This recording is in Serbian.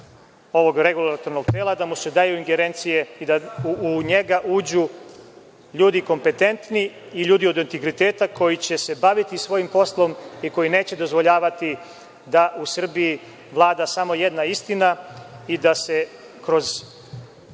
ovog regulatornog tela, da mu se daju ingerencije i da u njega uđu ljudi kompetentni i ljudi od integriteta koji će se baviti svojim poslom i koji neće dozvoljavati da u Srbiji vlada samo jedna istina i da se kroz